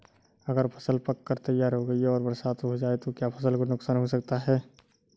अगर फसल पक कर तैयार हो गई है और बरसात हो जाए तो क्या फसल को नुकसान हो सकता है?